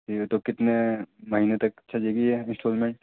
ٹھیک ہے تو کتنے مہینے تک چلے گی یہ انسٹالمنٹ